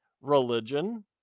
religion